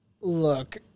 look